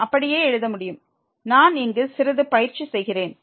நாம் அப்படியே எழுத முடியும் நான் இங்கு சிறிது பயிற்சி செய்கிறேன்